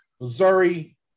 Missouri